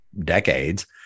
decades